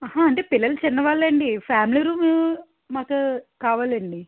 అంటే పిల్లలు చిన్నవాళ్ళే అండి ఫ్యామిలీ రూము మాకు కావాలండి